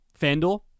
FanDuel